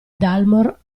dalmor